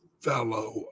fellow